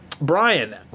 Brian